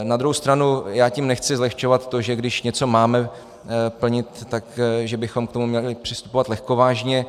Na druhou stranu já tím nechci zlehčovat to, že když něco máme plnit, tak že bychom k tomu měli přistupovat lehkovážně.